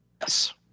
Yes